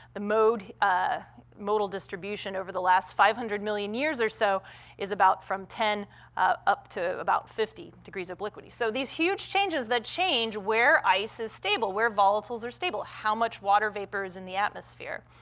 the modal ah modal distribution over the last five hundred million years or so is about from ten up to about fifty degrees obliquity, so these huge changes that change where ice is stable, where volatiles are stable, how much water vapor in the atmosphere.